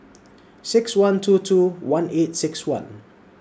six one two two one eight six one